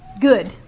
good